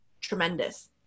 tremendous